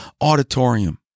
auditorium